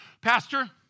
Pastor